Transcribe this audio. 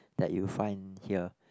that you find here